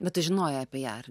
bet tu žinojai apie ją ar